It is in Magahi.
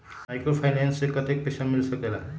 माइक्रोफाइनेंस से कतेक पैसा मिल सकले ला?